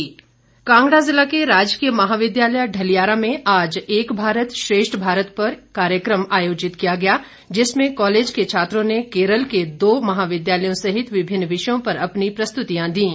एक भारत श्रेष्ठ भारत कांगड़ा जिला के राजकीय महाविद्यालय ढलियारा में आज एक भारत श्रेष्ठ भारत पर एक कार्यक्रम आयोजित किया गया जिसमें कॉलेज के छात्रों ने केरल के दो महाविद्यालयों सहित विभिन्न विषयों पर अपनी प्रस्तुतियां दीं